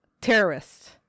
terrorists